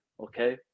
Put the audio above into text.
Okay